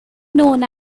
known